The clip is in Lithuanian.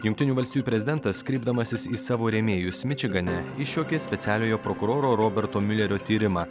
jungtinių valstijų prezidentas kreipdamasis į savo rėmėjus mičigane išjuokė specialiojo prokuroro roberto miulerio tyrimą